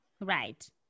Right